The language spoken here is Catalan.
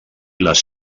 les